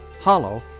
Hollow